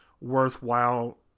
worthwhile